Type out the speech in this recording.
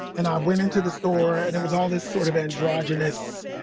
and i went into the store and it was all this sort of androgynous,